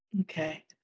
Okay